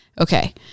Okay